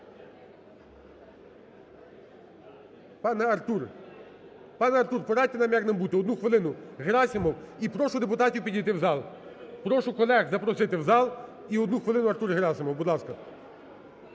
Пане Артур, порадьте, як нам бути. 1 хвилину Герасимов і прошу депутатів підійти у зал. Прошу колег запросити у зал і 1 хвилину Артур Герасимов. Будь ласка.